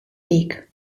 weg